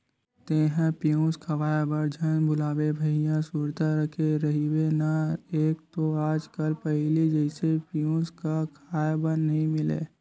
तेंहा पेयूस खवाए बर झन भुलाबे भइया सुरता रखे रहिबे ना एक तो आज कल पहिली जइसे पेयूस क खांय बर नइ मिलय